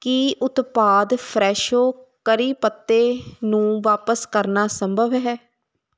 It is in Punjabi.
ਕੀ ਉਤਪਾਦ ਫਰੈਸ਼ੋ ਕੜੀ ਪੱਤੇ ਨੂੰ ਵਾਪਸ ਕਰਨਾ ਸੰਭਵ ਹੈ